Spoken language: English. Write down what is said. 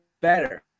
better